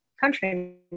country